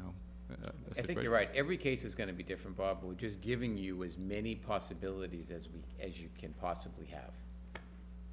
know i think you're right every case is going to be different bob we're just giving you as many possibilities as we as you can possibly have